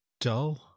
Dull